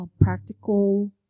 practical